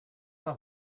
have